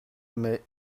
mais